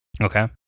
Okay